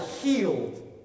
healed